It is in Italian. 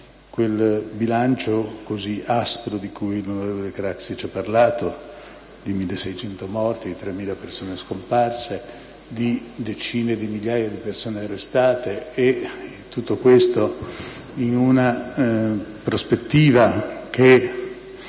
quel bilancio così aspro di cui l'onorevole Craxi ci ha parlato: 1.600 morti, 3.000 persone scomparse, decine di migliaia di persone arrestate. E tutto questo in una prospettiva che